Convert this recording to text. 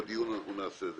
בדיון אנחנו נעשה את זה.